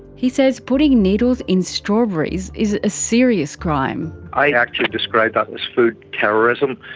he says putting needles in strawberries is a serious crime. i actually describe that as food terrorism,